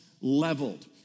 Leveled